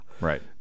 Right